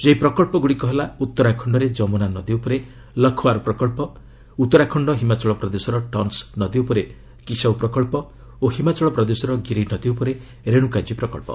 ସେହି ପ୍ରକଳ୍ପଗୁଡ଼ିକ ହେଲା ଉତ୍ତରାଖଣ୍ଡରେ ଯମୁନା ନଦୀ ଉପରେ ଲଖୱାର ପ୍ରକଳ୍ପ ଉତ୍ତରାଖଣ୍ଡ ହିମାଚଳ ପ୍ରଦେଶର ଟନ୍ସ ନଦୀ ଉପରେ କିଶାଉ ପ୍ରକଳ୍ପ ଓ ହିମାଚଳ ପ୍ରଦେଶର ଗିରି ନଦୀ ଉପରେ ରେଣୁକାଜୀ ପ୍ରକଳ୍ପ